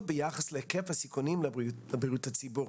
ביחס להיקף הסיכונים ובריאות הציבור.